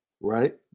right